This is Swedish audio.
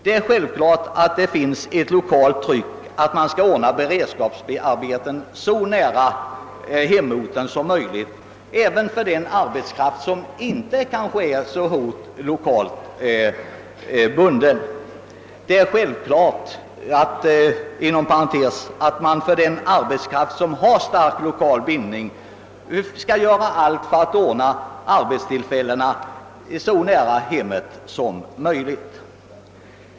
Det är självklart att det lokalt utövas en press på att beredskapsarbeten skall ordnas så nära hemorten som möjligt även för den arbetskraft som inte är så hårt bunden vid denna. Det är inom parentes sagt självklart att man för den arbetskraft som har stark lokal bindning skall göra allt för att ordna arbetstillfällen så nära hemmet som möjligt.